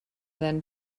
than